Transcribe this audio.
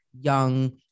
young